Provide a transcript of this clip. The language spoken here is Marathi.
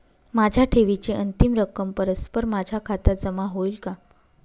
माझ्या ठेवीची अंतिम रक्कम परस्पर माझ्या खात्यात जमा होईल का?